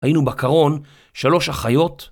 היינו בקרון שלוש אחיות.